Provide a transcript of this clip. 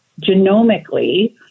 genomically